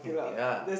okay lah